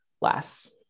less